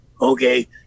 Okay